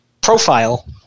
profile